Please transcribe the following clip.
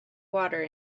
water